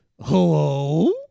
Hello